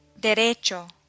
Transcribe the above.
Derecho